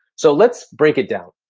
so let's break it down.